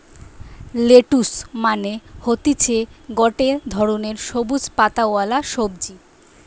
lettuce মানে হতিছে গটে ধরণের সবুজ পাতাওয়ালা সবজি